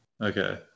Okay